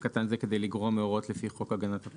קטן זה כדי לגרוע מהוראות לפי חוק הגנת הפרטיות.